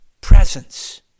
presence